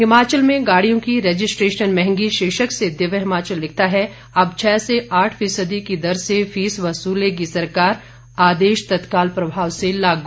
हिमाचल में गाड़ियों की रजिस्ट्रेशन महंगी शीर्षक से दिव्य हिमाचल लिखता है अब छह से आठ फीसदी की दर से फीस वसूलेगी सरकार आदेश तत्काल प्रभाव से लागू